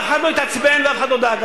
אף אחד לא התעצבן ואף אחד לא דאג.